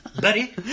buddy